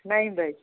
نَیہِ بَجہِ